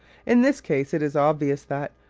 in this case it is obvious that,